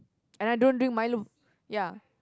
and I don't drink Milo ya